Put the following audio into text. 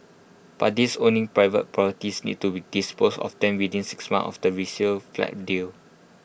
but these owning private properties need to dispose of them within six months of the resale flat deal